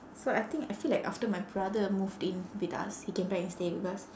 so I think I feel like after my brother moved in with us he came back and stay with us